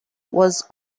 was